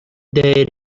değer